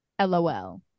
LOL